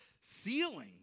ceiling